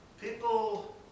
People